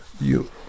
you-